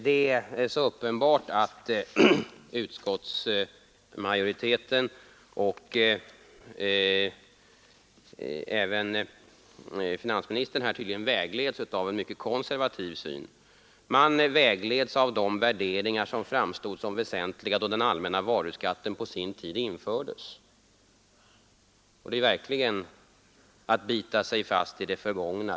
Det är uppenbart att utskottsmajoriteten och tydligen även finansministern här vägleds av en mycket konservativ syn, av de värderingar som framstod som väsentliga då den allmänna varuskatten på sin tid infördes. Det är verkligen att bita sig fast i det förgångna.